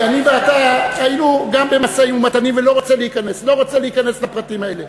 כי אני ואתה היינו גם במשאים-ומתנים ואני לא רוצה להיכנס לפרטים האלה.